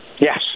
Yes